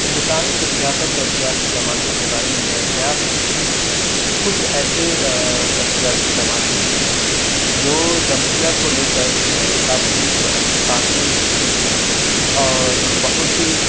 ہندوستان کی سیاست اور سیاسی جماعتوں کے بارے میں میرا خیال ہے کہ کچھ ایسے سیاسی جماعتیں ہیں جو جمہوریہ کو لے کر کافی تاکید اور بہت ہی